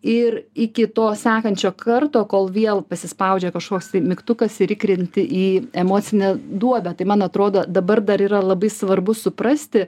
ir iki to sekančio karto kol vėl pasispaudžia kažkoks tai mygtukas ir įkrenti į emocinę duobę tai man atrodo dabar dar yra labai svarbu suprasti